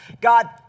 God